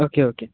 okay okay